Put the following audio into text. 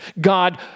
God